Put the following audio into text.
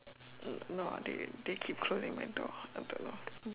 no ah they they keep closing my door of the door